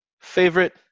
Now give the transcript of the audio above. favorite